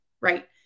right